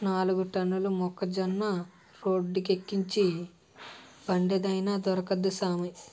నాలుగు టన్నుల మొక్కజొన్న రోడ్డేక్కించే బండేదైన దొరుకుద్దా సామీ